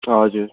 हजुर